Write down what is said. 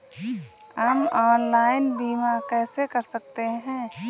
हम ऑनलाइन बीमा कैसे कर सकते हैं?